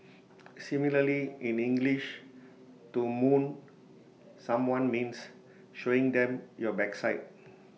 similarly in English to 'moon' someone means showing them your backside